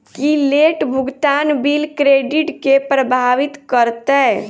की late भुगतान bill credit केँ प्रभावित करतै?